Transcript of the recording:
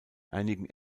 einigen